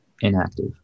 inactive